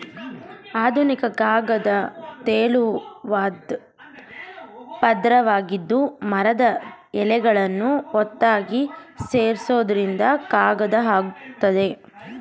ಆಧುನಿಕ ಕಾಗದ ತೆಳುವಾದ್ ಪದ್ರವಾಗಿದ್ದು ಮರದ ಎಳೆಗಳನ್ನು ಒತ್ತಾಗಿ ಸೇರ್ಸೋದ್ರಿಂದ ಕಾಗದ ಆಗಯ್ತೆ